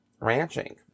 ranching